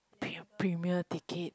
pre~ premier ticket